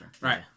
Right